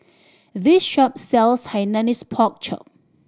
this shop sells Hainanese Pork Chop